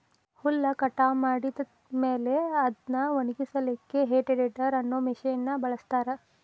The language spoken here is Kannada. ಹುಲ್ಲ್ ಕಟಾವ್ ಮಾಡಿದ ಮೇಲೆ ಅದ್ನ ಒಣಗಸಲಿಕ್ಕೆ ಹೇ ಟೆಡ್ದೆರ್ ಅನ್ನೋ ಮಷೇನ್ ನ ಬಳಸ್ತಾರ